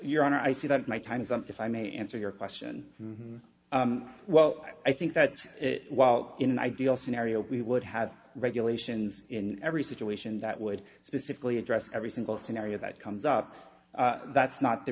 your honor i see that my time is up if i may answer your question well i think that in an ideal scenario we would have regulations in every situation that would specifically address every single scenario that comes up that's not the